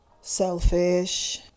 selfish